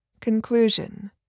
Conclusion